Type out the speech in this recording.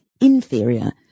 inferior